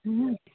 হুম